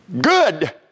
Good